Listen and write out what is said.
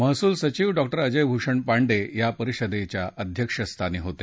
महसूल सचिव डॉक्टर अजय भूषण पांडे या परिषदेच्या अध्यक्षस्थानी होते